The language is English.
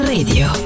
Radio